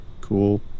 cool